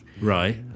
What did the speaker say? right